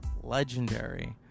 legendary